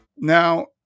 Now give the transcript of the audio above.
Now